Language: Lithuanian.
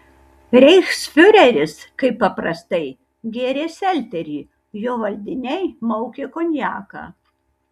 reichsfiureris kaip paprastai gėrė selterį jo valdiniai maukė konjaką